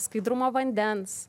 skaidrumo vandens